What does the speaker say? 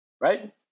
right